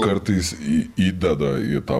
kartais į įdeda į tą